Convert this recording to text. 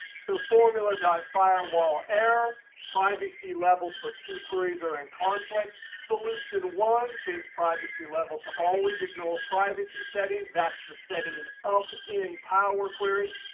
so formula and firewall, error privacy levels for two queries are in conflict. solution one, change privacy level to always ignore privacy settings. that's the setting up in power query.